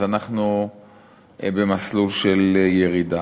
אנחנו במסלול של ירידה.